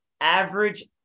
average